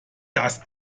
dass